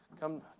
come